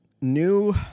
new